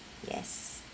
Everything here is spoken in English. yes